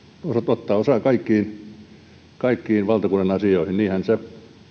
ottaa osaa kaikkiin kaikkiin valtakunnan asioihin niinhän se